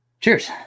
Cheers